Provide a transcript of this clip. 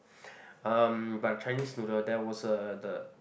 um but the Chinese noodle there was a the